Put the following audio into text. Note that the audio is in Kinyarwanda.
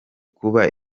kuba